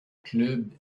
club